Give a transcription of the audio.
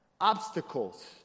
Obstacles